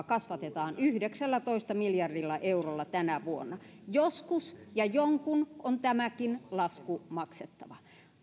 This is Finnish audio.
kasvatetaan yhdeksällätoista miljardilla eurolla tänä vuonna joskus ja jonkun on tämäkin lasku maksettava